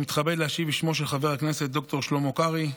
אני מתכבד להשיב בשמו של חבר הכנסת ד"ר שלמה קרעי,